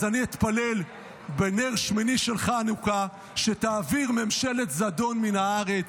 אז אני אתפלל בנר שמיני של חנוכה שתעביר ממשלת זדון מן הארץ,